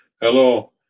Hello